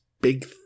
big